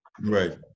Right